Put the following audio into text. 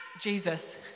Jesus